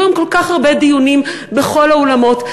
היו היום כל כך הרבה דיונים בכל האולמות,